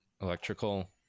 electrical